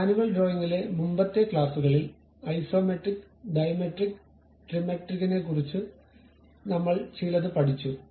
manual ഡ്രോയിംഗിലെ മുമ്പത്തെ ക്ലാസുകളിൽ ഐസോമെട്രിക് ഡൈമെട്രിക് ട്രിമെട്രിക്കിനെക്കുറിച്ച് നമ്മൾ ചിലത് പഠിച്ചു